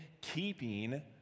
keeping